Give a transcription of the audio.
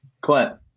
Clint